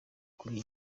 kuri